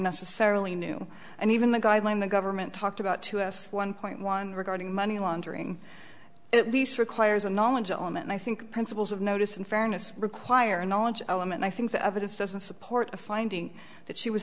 necessarily knew and even the guidelines the government talked about to us one point one regarding money laundering at least requires a knowledge on and i think principles of notice and fairness require a knowledge element i think the evidence doesn't support a finding that she was